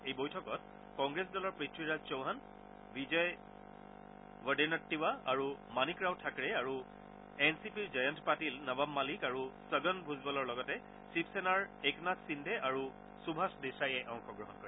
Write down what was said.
এই বৈঠকত কংগ্ৰেছ দলৰ পৃথিৰাজ চৌহান বিজয় ৱডেনাট্টীৱা আৰু মানিক ৰাও থাকৰে আৰু এন চি পিৰ জয়ন্ত পাটিল নৱাব মালিক আৰু ছগন ভূজৱলৰ লগতে শিৱসেনাৰ একনাথ সিন্ধে আৰু সৃভাষ দেশায়ে অংশগ্ৰহণ কৰে